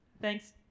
Thanks